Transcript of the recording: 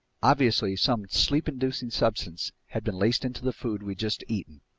obviously some sleep-inducing substance had been laced into the food we'd just eaten!